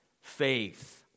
faith